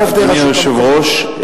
אדוני היושב-ראש,